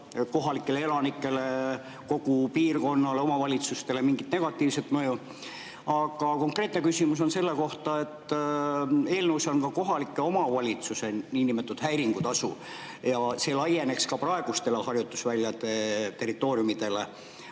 kohalikele elanikele, kogu piirkonnale, omavalitsustele mingit negatiivset mõju. Aga konkreetne küsimus on selle kohta, et eelnõus on ka kohalikul omavalitsusel niinimetatud häiringutasu ja see laieneks ka praegustele harjutusväljade territooriumidele.